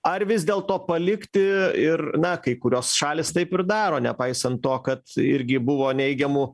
ar vis dėlto palikti ir na kai kurios šalys taip ir daro nepaisant to kad irgi buvo neigiamų